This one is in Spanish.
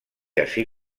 así